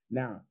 now